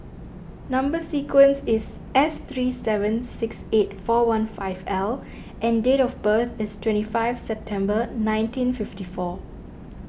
Number Sequence is S three seven six eight four one five L and date of birth is twenty five September nineteen fifty four